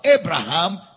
Abraham